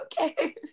okay